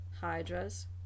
hydras